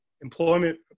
Employment